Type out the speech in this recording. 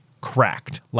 cracked